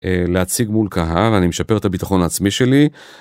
להציג מול קהל אני משפר את הביטחון העצמי שלי.